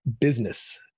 business